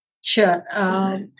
Sure